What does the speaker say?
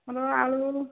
ଆମର ଆଳୁ